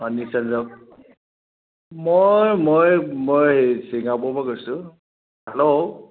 হয় নিশ্চয় যাম মই মই মই তিতাবৰৰ পৰা কৈছোঁ হেল্ল'